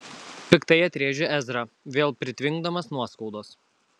piktai atrėžė ezra vėl pritvinkdamas nuoskaudos